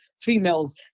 females